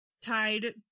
tied